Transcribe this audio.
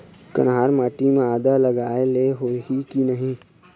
कन्हार माटी म आदा लगाए ले होही की नहीं?